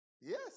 Yes